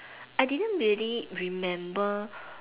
I didn't really remember